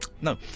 No